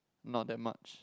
not that much